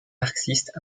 marxiste